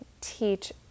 teach